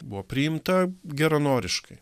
buvo priimta geranoriškai